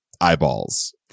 eyeballs